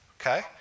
Okay